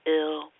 ill